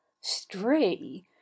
stray